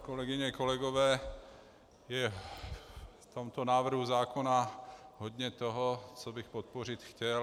Kolegyně, kolegové, je v tomto návrhu zákona hodně toho, co bych podpořit chtěl.